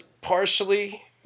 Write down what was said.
partially